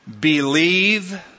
believe